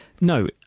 No